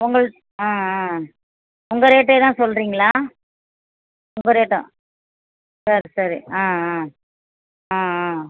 உங்களுக்கு ஆ ஆ உங்கள் ரேட்டே தான் சொல்கிறீங்களா உங்கள் ரேட்டா சரி சரி ஆ ஆ ஆ ஆ